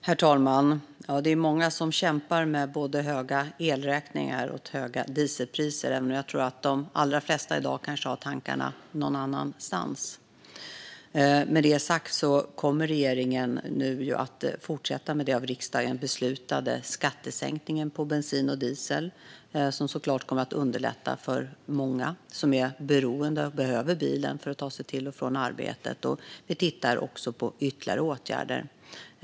Herr talman! Det är många som kämpar med både höga elräkningar och höga dieselpriser, även om jag tror att de allra flesta just i dag har tankarna någon annanstans. Regeringen kommer att fortsätta med den av riksdagen beslutade skattesänkningen på bensin och diesel. Det kommer såklart att underlätta för många som är beroende av bil för att ta sig till och från arbetet. Vi tittar också på ytterligare åtgärder.